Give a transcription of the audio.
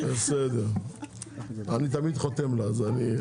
אני תמיד חותם לה.